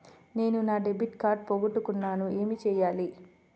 నేను నా debit card పోగొట్టుకున్నాను ఏమి చేయాలి?